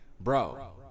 Bro